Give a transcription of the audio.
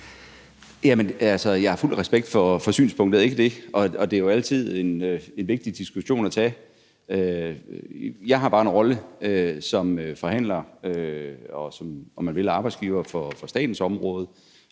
Jeg har fuld respekt for synspunktet, det er ikke det. Det er jo altid en vigtig diskussion at tage. Jeg har bare en rolle som forhandler og, om man vil, arbejdsgiver for statens område,